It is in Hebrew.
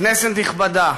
כנסת נכבדה,